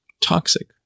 toxic